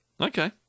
Okay